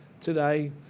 today